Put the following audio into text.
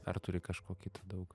ar turi kažko kito daug